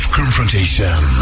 confrontation